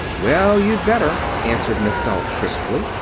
well, you'd better, answered miss galt crisply.